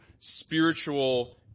spiritual